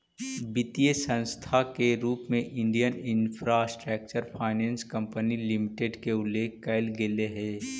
वित्तीय संस्था के रूप में Indian infrastructure finance company limited के उल्लेख कैल गेले हइ